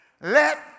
let